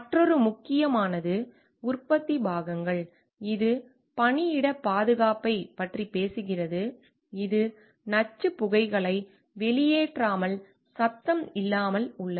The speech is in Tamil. மற்றொரு முக்கியமானது உற்பத்தி பாகங்கள் இது பணியிட பாதுகாப்பைப் பற்றி பேசுகிறது இது நச்சுப் புகைகளை வெளியேற்றாமல் சத்தம் இல்லாமல் உள்ளது